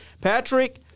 Patrick